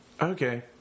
Okay